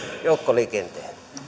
joukkoliikenteen